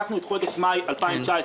לקחנו את חודש מאי 2019,